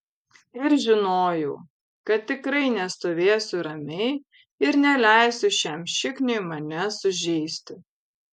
ir žinojau kad tikrai nestovėsiu ramiai ir neleisiu šiam šikniui manęs sužeisti